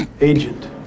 Agent